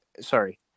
Sorry